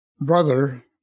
brother